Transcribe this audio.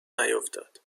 نیفتاد